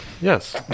Yes